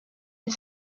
une